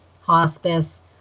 hospice